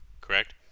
Correct